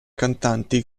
cantanti